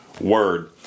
Word